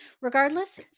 Regardless